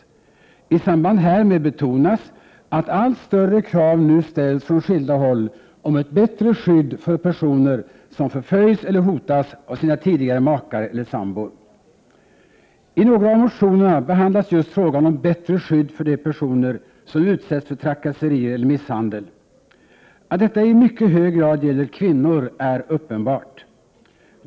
1987/88:41 samband härmed betonas att allt större krav nu ställs från skilda håll på ett 9 december 1987 bättre skydd för personer som förföljs eller hotas av sina tidigare makar eller Sekretesskyddet för sambor. vissa myndighetsregis I några av motionerna behandlas just frågan om bättre skydd för de Br ä s z personer som utsätts för trakasserier eller misshandel. Att detta i mycket hög grad gäller kvinnor är uppenbart.